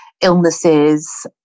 illnesses